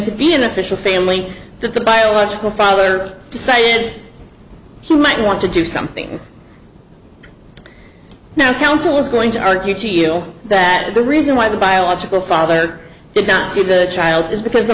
to be an official family the biological father decided he might want to do something now counsel is going to argue to you know that the reason why the biological father did not see the child is because the